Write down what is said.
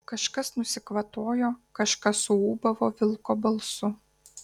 kažkas nusikvatojo kažkas suūbavo vilko balsu